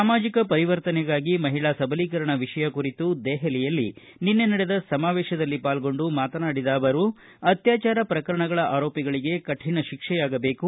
ಸಾಮಾಜಿಕ ಪರಿವರ್ತನೆಗಾಗಿ ಮಹಿಳಾ ಸಬಲಿಕರಣ ವಿಷಯ ಕುರಿತು ದೆಹಲಿಯಲ್ಲಿ ನಿನ್ನೆ ನಡೆದ ಸಮಾವೇಶದಲ್ಲಿ ಪಾಲ್ಗೊಂಡು ಮಾತನಾಡಿದ ಅವರು ಅತ್ಯಾಚಾರ ಪ್ರಕರಣಗಳ ಆರೋಪಿಗಳಗೆ ಕಠಣ ಶಿಕ್ಷೆಯಾಗಬೇಕು